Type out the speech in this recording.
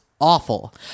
Awful